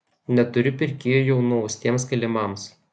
neturiu pirkėjų jau nuaustiems kilimams